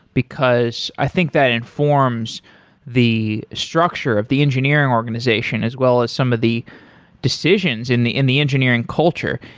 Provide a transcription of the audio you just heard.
because i think that informs the structure of the engineering organization as well as some of the decisions in the in the engineering culture.